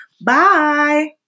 Bye